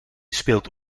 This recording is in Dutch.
speelt